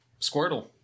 Squirtle